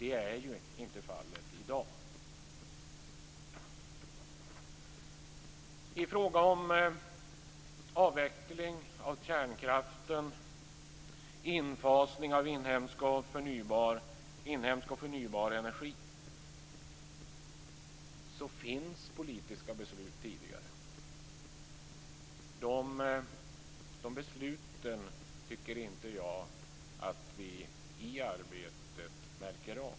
Så är ju inte fallet i dag. I fråga om avveckling av kärnkraften och infasning av inhemsk och förnybar energi finns politiska beslut sedan tidigare. De besluten tycker inte jag att vi märker av i arbetet.